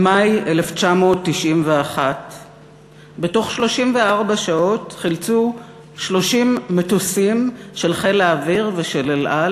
במאי 1991. בתוך 34 שעות חילצו 30 מטוסים של חיל האוויר ושל "אל על"